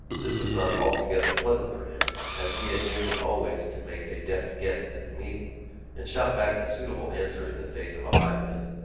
this was not altogether pleasant for him, as he had nearly always to make a deft guess at the meaning and shout back a suitable answer in the face of a high wind.